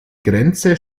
grenze